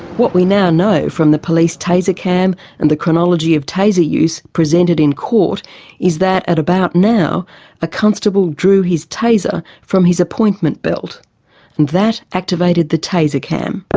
what we now know from the police taser cam and the chronology of taser use presented in court is that at about now a constable drew his taser from his appointment belt. and that activated the taser cam. but